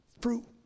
Fruit